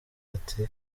ati